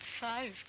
Five